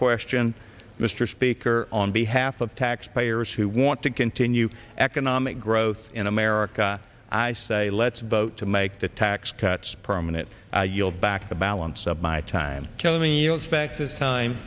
question mr speaker on behalf of taxpayers who want to continue economic growth in america i say let's vote to make the tax cuts permanent i yield back the balance of my time t